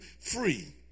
free